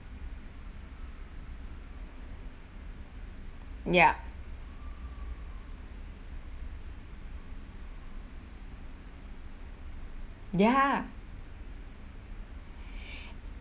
ya ya